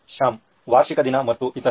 ಶ್ಯಾಮ್ ವಾರ್ಷಿಕ ದಿನ ಮತ್ತು ಇತರೆ